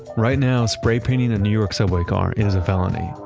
right now, spray painting a new york subway car is a felony.